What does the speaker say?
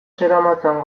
zeramatzan